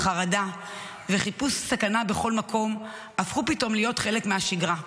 החרדה וחיפוש הסכנה בכל מקום הפכו פתאום להיות חלק מהשגרה.